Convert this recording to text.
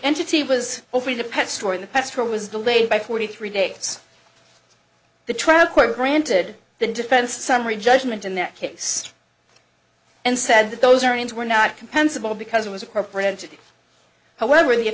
entity was over in the pet store in the past or was delayed by forty three days the trial court granted the defense summary judgment in that case and said that those earnings were not compensable because it was a corporate entity however the